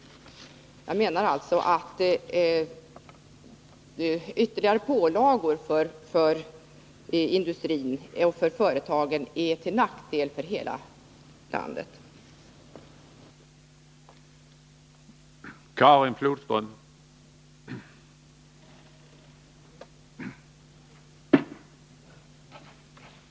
Jag menar alltså att ytterligare pålagor på industrin och företagen är till nackdel för hela landet.